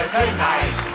tonight